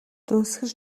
дүнсгэр